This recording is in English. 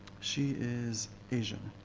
she is asian.